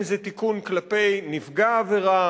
אם זה תיקון כלפי נפגע עבירה